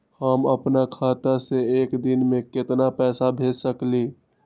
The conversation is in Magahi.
हम अपना खाता से एक दिन में केतना पैसा भेज सकेली?